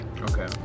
Okay